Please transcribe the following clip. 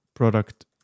product